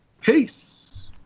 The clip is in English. Peace